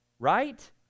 right